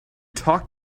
talk